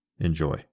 Enjoy